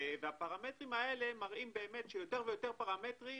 יותר ויותר פרמטרים